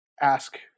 ask